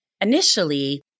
initially